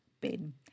bin